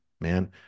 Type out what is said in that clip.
man